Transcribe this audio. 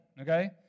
okay